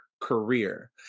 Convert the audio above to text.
career